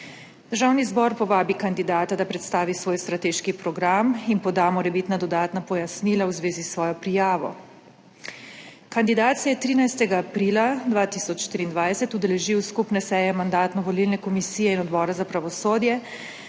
Državni zbor povabi kandidata, da predstavi svoj strateški program in poda morebitna dodatna pojasnila v zvezi s svojo prijavo. Kandidat se je 13. aprila 2023 udeležil skupne seje Mandatno-volilne komisije in Odbora za pravosodje,